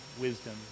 wisdom